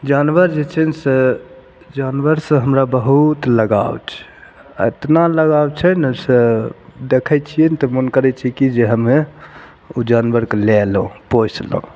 जानवर जे छै ने से जानवर से हमरा बहुत लगाउ छै आ एतना लगाउ छै ने से देखै छियै ने तऽ मोन करै छै की जे हमे जानवरके लाएलहुॅं पोसिलहुॅं